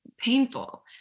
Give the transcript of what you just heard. painful